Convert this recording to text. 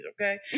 okay